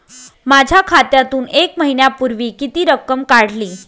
माझ्या खात्यातून एक महिन्यापूर्वी किती रक्कम काढली?